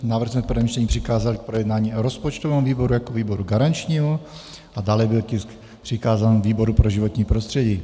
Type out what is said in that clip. Návrh jsme v prvém čtení přikázali k projednání rozpočtovému výboru jako výboru garančnímu a dále byl tisk přikázán výboru pro životní prostředí.